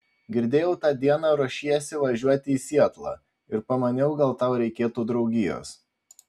girdėjau tą dieną ruošiesi važiuoti į sietlą ir pamaniau gal tau reikėtų draugijos